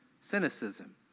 cynicism